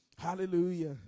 Hallelujah